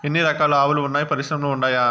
ఎన్ని రకాలు ఆవులు వున్నాయి పరిశ్రమలు ఉండాయా?